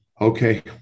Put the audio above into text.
Okay